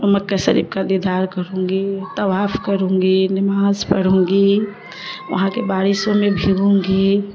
اور مکہ شریف کا دیدار کروں گی طواف کروں گی نماز پڑھوں گی وہاں کے بارشوں میں بھیگوں گی